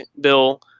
Bill